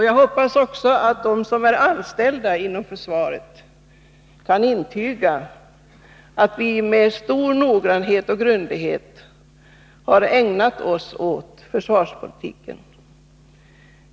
Jag hoppas också att de som är anställda inom försvaret kan intyga att vi med stor noggrannhet och grundlighet har ägnat oss åt försvarspolitiken.